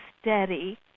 steady